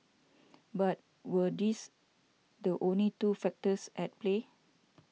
but were these the only two factors at play